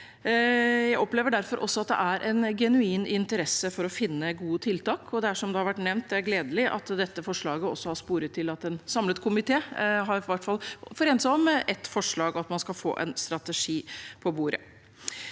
Jeg opplever derfor også at det er en genuin interesse for å finne gode tiltak. Det er, som det har vært nevnt, gledelig at dette forslaget også har sporet til at en samlet komité i hvert fall har forent seg om ett forslag, at man skal få en strategi på bordet.